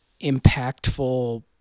impactful